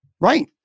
Right